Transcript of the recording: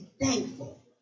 thankful